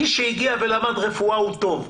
מי שלמד רפואה, הוא טוב.